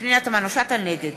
נגד